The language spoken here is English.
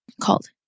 called